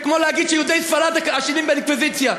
זה כמו להגיד שיהודי ספרד אשמים באינקוויזיציה.